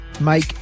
make